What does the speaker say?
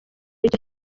iryo